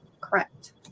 correct